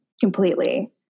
Completely